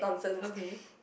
okay